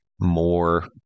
more